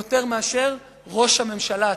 יותר מאשר ראש הממשלה עצמו?